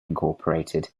incorporated